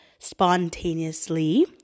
spontaneously